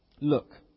Look